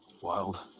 wild